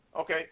Okay